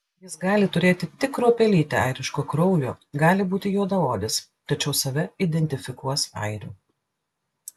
jis gali turėti tik kruopelytę airiško kraujo gali būti juodaodis tačiau save identifikuos airiu